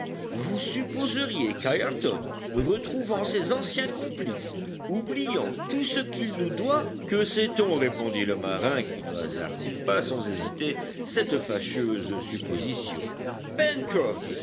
vous supposeriez qu'ayrton retrouvant ses anciens complices oubliant tout ce qu'il nous doit que sait-on répondit le marin qui ne hasardait pas sans hésiter cette fâcheuse supposition